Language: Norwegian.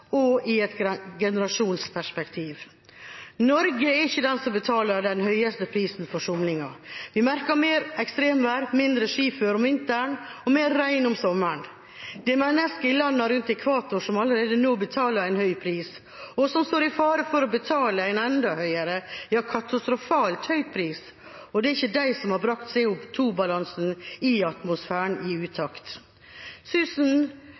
og i et generasjonsperspektiv. Norge er ikke den som betaler den høyeste prisen for somlingen. Vi merker mer ekstremvær, mindre skiføre om vinteren og mer regn om sommeren. Det er menneskene i landene rundt ekvator som allerede nå betaler en høy pris, og som står i fare for å betale en enda høyere – ja, katastrofalt høy – pris, og det er ikke de som har brakt CO 2 -balansen i atmosfæren i